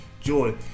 joy